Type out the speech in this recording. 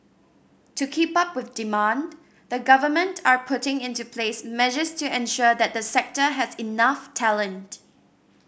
to keep up with demand the government are putting into place measures to ensure that the sector has enough talent